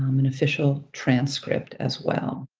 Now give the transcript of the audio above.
um an official transcript as well.